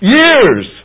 years